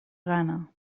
gana